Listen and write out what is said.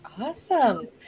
Awesome